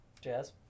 Jazz